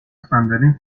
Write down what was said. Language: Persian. صندلیم